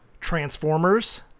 transformers